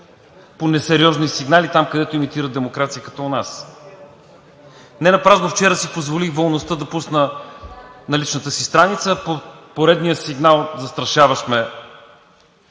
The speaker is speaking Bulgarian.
по несериозни сигнали там, където имитират демокрация като у нас. Ненапразно вчера си позволих волността да пусна на личната си страница поредния сигнал, застрашаващ ме